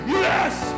yes